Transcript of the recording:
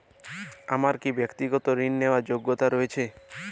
আমার কী ব্যাক্তিগত ঋণ নেওয়ার যোগ্যতা রয়েছে?